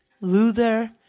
Luther